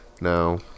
no